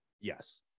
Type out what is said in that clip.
Yes